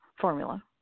formula